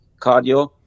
cardio